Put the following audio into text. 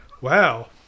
Wow